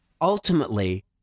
ultimately